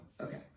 okay